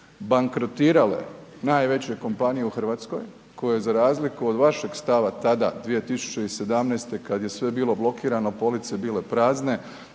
bankrotirale najveće kompanije u Hrvatskoj koje za razliku od vaše stava tada 2017. kad je sve bilo blokirano, police bile prazne,